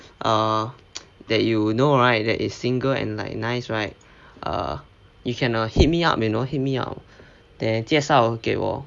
uh that you know right that is single and like nice right ah you can hit me up you know hit me up then 介绍给我